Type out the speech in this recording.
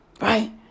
right